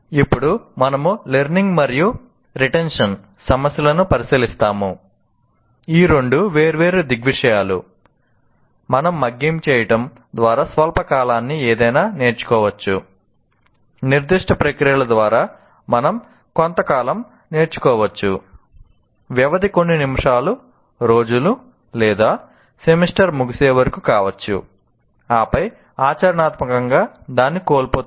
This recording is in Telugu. ఇప్పుడు మనము లెర్నింగ్ ఆపై ఆచరణాత్మకంగా దాన్ని కోల్పోతుంది